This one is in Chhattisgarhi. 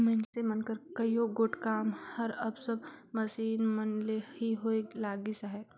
मइनसे मन कर कइयो गोट काम हर अब सब मसीन मन ले ही होए लगिस अहे